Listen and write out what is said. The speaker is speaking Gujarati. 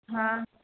હા